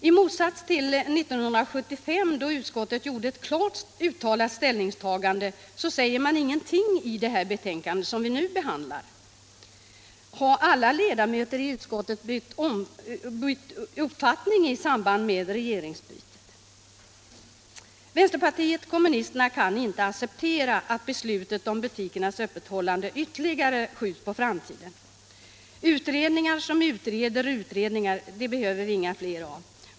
I motsats till 1975, då utskottet klart tog ställning, säger man ingenting i det betänkande som vi nu behandlar. Har alla ledamöter i utskottet bytt uppfattning i samband med regeringsbytet? Vänsterpartiet kommunisterna kan inte acceptera att beslutet om butikernas öppethållande ytterligare skjuts på framtiden. Utredningar som utreder utredningar behövs inte.